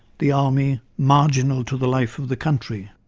the army marginal to the life of the country.